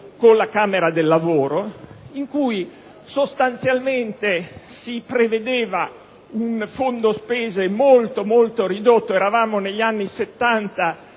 stessa Camera del lavoro, in cui sostanzialmente si prevedeva un acconto molto ridotto, eravamo negli anni '70